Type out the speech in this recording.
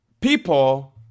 people